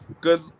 good